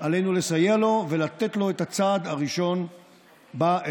עלינו לסייע לו ולתת לו את הצעד הראשון באזרחות.